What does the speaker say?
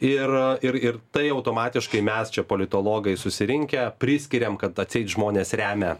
ir ir ir tai automatiškai mes čia politologai susirinkę priskiriam kad atseit žmonės remia